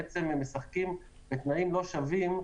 משחקים בתנאים לא שווים,